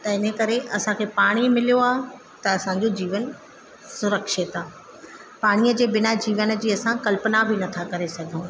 त इन करे असांखे पाणी मिलियो आहे त असांजो जीवन सुरक्षित आहे पाणीअ जे बिना जीवन जी असां कल्पना बि नथा करे सघूं